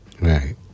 right